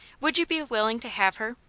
would you be willing to have her?